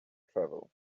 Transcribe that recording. travel